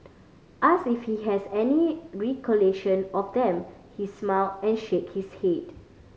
ask if he has any recollection of them he smile and shakes head